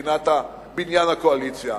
מבחינת בניין הקואליציה.